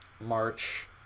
March